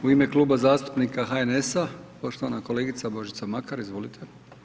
U ime Kluba zastupnika HNS-a poštovana kolegica Božica Makar, izvolite.